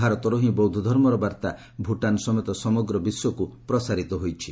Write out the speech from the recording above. ଭାରତରୁ ହିଁ ବୌଦ୍ଧଧର୍ମର ବାର୍ତ୍ତା ଭୁଟାନ୍ ସମେତ ସମଗ୍ର ବିଶ୍ୱକ୍ ପ୍ରସାରିତ ହୋଇଛି